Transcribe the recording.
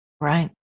Right